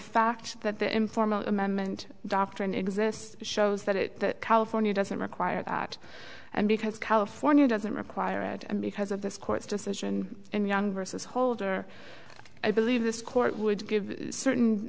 fact that the informal amendment doctrine exists shows that california doesn't require that and because california doesn't require it and because of this court's decision in young versus holder i believe this court would give certain